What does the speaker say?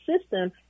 system